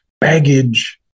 baggage